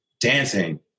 dancing